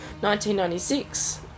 1996